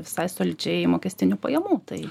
visai solidžiai mokestinių pajamų tai